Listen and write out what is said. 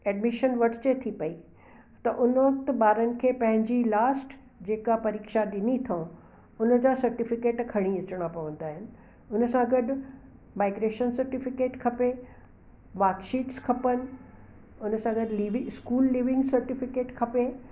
admission वठिजे थी पयी त उन वक़्ति ॿारनि खे पंहिंजी लास्ट जे का परीक्षा ॾिनी अथऊं उनजा सेर्टीफ़िकेट खणी अचिणा पवंदा आहिनि उनसां गॾु माग्रेशन सेर्टीफ़िकेट खपे मार्क शीट्स खपनि उनसां गॾु लीव स्कूल लीविंग सेर्टीफ़िकेट खपे